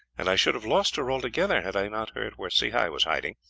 and i should have lost her altogether had i not heard where sehi was hiding,